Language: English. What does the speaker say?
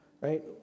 right